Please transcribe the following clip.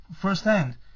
firsthand